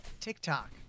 TikTok